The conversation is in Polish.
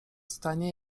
stanie